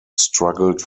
struggled